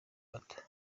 gato